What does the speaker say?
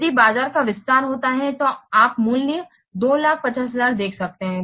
यदि बाजार का विस्तार होता है तो आप मूल्य 250000 देख सकते हैं